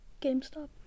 GameStop